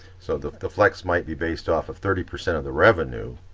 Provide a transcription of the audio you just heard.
so the the flex might be based off of thirty percent of the revenue